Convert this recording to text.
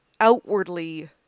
outwardly